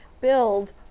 build